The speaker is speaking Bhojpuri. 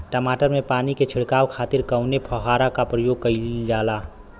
टमाटर में पानी के छिड़काव खातिर कवने फव्वारा का प्रयोग कईल जाला?